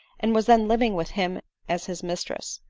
and was then living with him as his mistress.